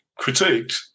critiqued